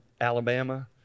Alabama